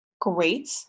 Great